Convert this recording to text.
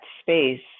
space